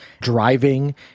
driving